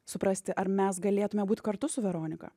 suprasti ar mes galėtume būt kartu su veronika